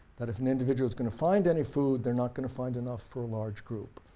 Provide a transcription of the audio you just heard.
that if an individual is going to find any food they're not going to find enough for a large group,